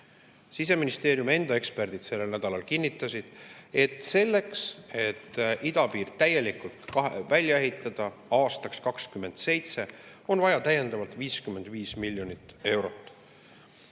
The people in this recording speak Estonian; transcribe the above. Siseministeeriumi enda eksperdid sellel nädalal kinnitasid, et selleks, et idapiir täielikult aastaks 2027 välja ehitada, on vaja täiendavalt 55 miljonit eurot.